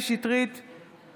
אינה נוכחת קטי קטרין שטרית,